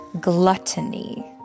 gluttony